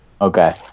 Okay